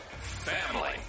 family